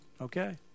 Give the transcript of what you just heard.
Okay